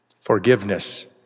forgiveness